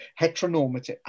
heteronormative